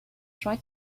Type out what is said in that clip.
try